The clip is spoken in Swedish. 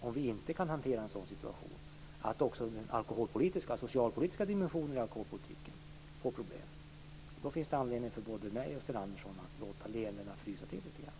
Om vi inte kan hantera en sådan situation betyder det att även den socialpolitiska dimensionen i alkoholpolitiken får problem. Då finns det anledning för både mig och Sten Andersson att låta leendena frysa till litet grand.